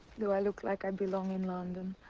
do i look like i belong in london?